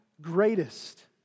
greatest